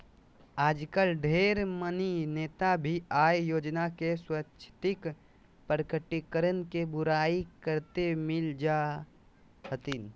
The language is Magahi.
आजकल ढेर मनी नेता भी आय योजना के स्वैच्छिक प्रकटीकरण के बुराई करते मिल जा हथिन